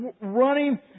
running